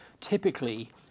Typically